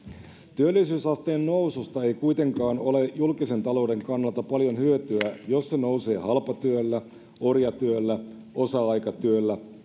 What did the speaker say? työllisyysasteen noususta ei kuitenkaan ole julkisen talouden kannalta paljon hyötyä jos se nousee halpatyöllä orjatyöllä osa aikatyöllä